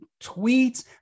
tweets